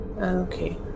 Okay